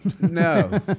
No